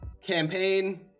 campaign